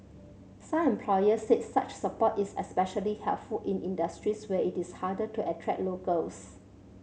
some employers said such support is especially helpful in industries where it is harder to attract locals